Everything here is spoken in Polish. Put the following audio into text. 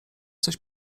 coś